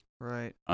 Right